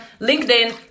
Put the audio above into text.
LinkedIn